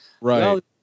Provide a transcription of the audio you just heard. Right